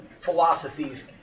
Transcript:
philosophies